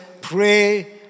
pray